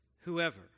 whoever